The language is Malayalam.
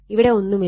ഇവിടെ ഒന്നുമില്ല